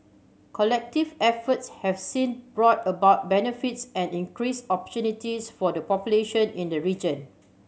collective efforts have since brought about benefits and increased opportunities for the population in the region